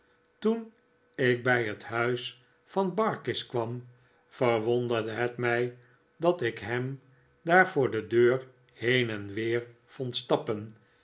toen ik bij het huis van barkis kwam verwonderde het mij dat ik ham daar voor de deur heen en weer vond stappen